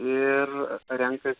ir renkasi